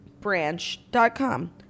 branch.com